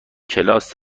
کلاس